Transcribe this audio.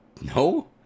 No